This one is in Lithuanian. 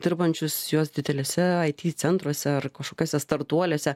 dirbančius juos didelėse it centruose ar kažkokiuose startuoliuose